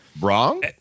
Wrong